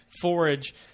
Forage